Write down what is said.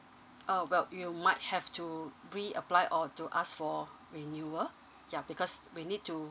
uh well you might have to reapply or to ask for renewal yeah because we need to